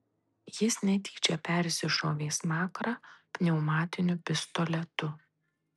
jis netyčia persišovė smakrą pneumatiniu pistoletu